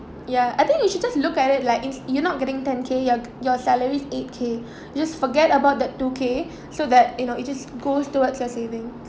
ya I think you should just look at it like it's you're not getting ten K your your salary's eight K just forget about that two K so that you know it just goes towards your saving